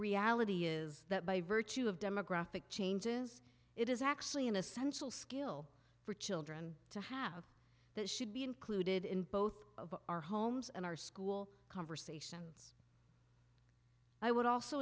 reality is that by virtue of demographic changes it is actually an essential skill for children to have that should be included in both our homes and our school conversations i would also